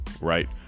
right